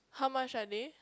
how much are they